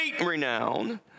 renown